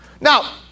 Now